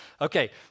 Okay